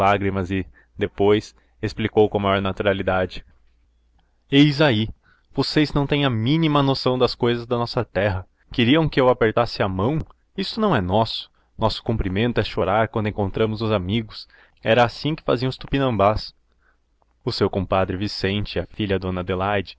lágrimas e depois explicou com a maior naturalidade eis aí vocês não têm a mínima noção das cousas da nossa terra queriam que eu apertasse a mão isto não é nosso nosso cumprimento é chorar quando encontramos os amigos era assim que faziam os tupinambás o seu compadre vicente a filha e dona adelaide